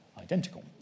identical